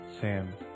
Sam